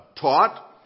taught